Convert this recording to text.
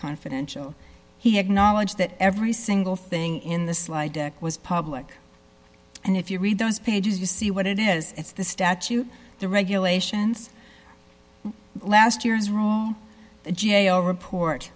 confidential he acknowledged that every single thing in the slide deck was public and if you read those pages you see what it is it's the statute the regulations last years wrong the g a o report